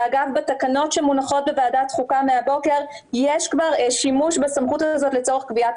בתקנות שמונחות בוועדת חוקה מהבוקר יש שימוש בסמכות הזאת לצורך קביעת